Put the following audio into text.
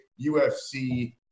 ufc